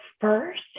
first